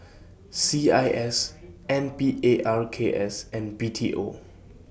C I S N P A R K S and B T O